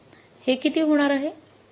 हे किती होणार आहे